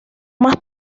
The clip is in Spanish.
más